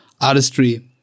artistry